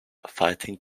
fighting